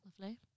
Lovely